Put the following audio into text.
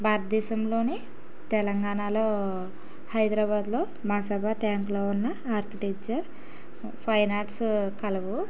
భారతదేశంలోని తెలంగాణలో హైదరాబాదులో మాసబ్ ట్యాంక్లో ఉన్న ఆర్కిటెక్చర్ ఫైన్ ఆర్ట్స్ కలవు